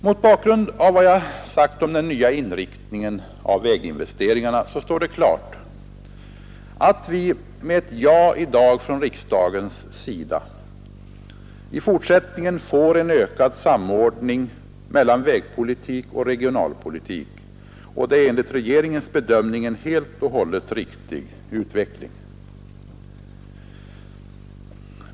Mot bakgrund av vad jag sagt om den nya inriktningen av väginvesteringarna står det klart att vi med ett ja i dag från riksdagens sida i fortsättningen får en ökad samordning mellan vägpolitik och regionalpolitik, och det är enligt regeringens bedömning en helt och hållet riktig utveckling.